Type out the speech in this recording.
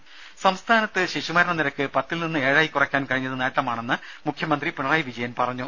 രുമ സംസ്ഥാനത്ത് ശിശു മരണ നിരക്ക് പത്തിൽ നിന്ന് ഏഴാഴി കുറയ്ക്കാൻ കഴിഞ്ഞത് നേട്ടമാണെന്ന് മുഖ്യമന്ത്രി പിണറായി വിജയൻ പറഞ്ഞു